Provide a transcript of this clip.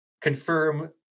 confirm